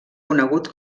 conegut